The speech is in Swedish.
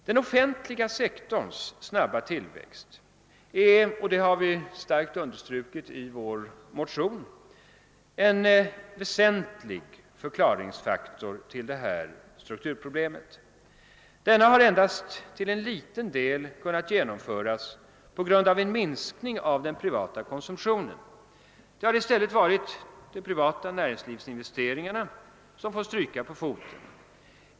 Den offentliga sektorns snabba tillväxt är — och det har vi starkt understrukit i våra motioner — en väsentlig förklaringsfaktor till. .detta strukturproblem. Denna har endast till en liten del kunnat genomföras .på grund av en minskning av den privata konsumtionen. Det har i stället varit de privata näringslivsinvesteringarna som fått stryka på foten.